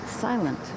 Silent